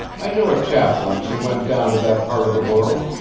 i knew a chap once who went down to that part of the world.